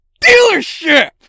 dealership